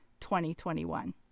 2021